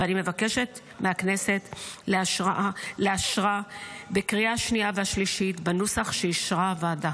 ואני מבקשת מהכנסת לאשרה בקריאה השנייה והשלישית בנוסח שאישרה הוועדה.